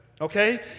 Okay